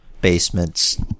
basements